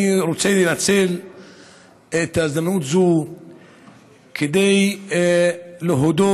אני רוצה לנצל את ההזדמנות הזאת כדי להודות,